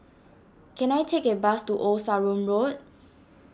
can I take a bus to Old Sarum Road